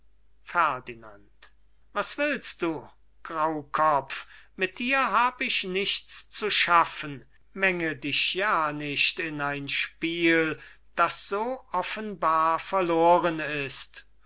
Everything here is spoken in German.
ferdinand was willst du graukopf mit dir hab ich nichts zu schaffen menge dich ja nicht in ein spiel das so offenbar verloren ist oder bist